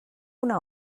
una